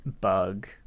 bug